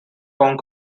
hong